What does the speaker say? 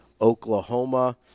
Oklahoma